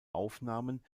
aufnahmen